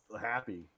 happy